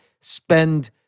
spend